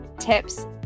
tips